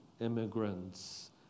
immigrants